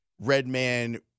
Redman